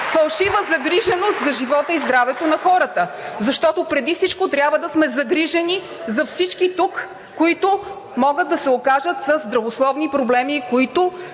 фалшива загриженост за живота и здравето на хората. Преди всичко трябва да сме загрижени за всички тук, които могат да се окажат със здравословни проблеми, които